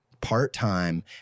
part-time